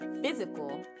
physical